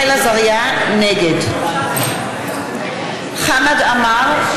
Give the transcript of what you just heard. נגד חמד עמאר,